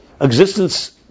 existence